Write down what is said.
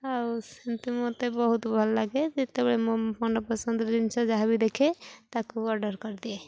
ଆଉ ସେମିତି ମୋତେ ବହୁତ ଭଲ ଲାଗେ ଯେତେବେଳେ ମୋ ମନପସନ୍ଦ ଜିନିଷ ଯାହାବି ଦେଖେ ତାକୁ ଅର୍ଡ଼ର୍ କରିଦିଏ